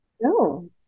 No